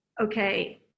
Okay